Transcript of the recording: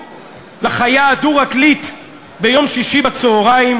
הפריעו לחיה הדו-רגלית ביום שישי בצהריים?